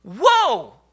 Whoa